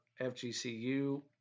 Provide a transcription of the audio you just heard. FGCU